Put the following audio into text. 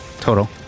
Total